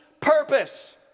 purpose